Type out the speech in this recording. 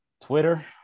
Twitter